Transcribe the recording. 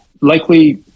likely